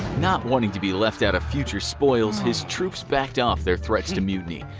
not wanting to be left out of future spoils, his troops backed off their threats to mutiny,